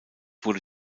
wurde